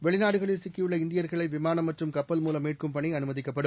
வெளிநாடுகளில் சிக்கியுள்ள இந்தியர்களைவிமானம் மற்றும் கப்பல் மூலம் மீட்கும் பணிஅனுமதிக்கப்படும்